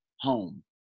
home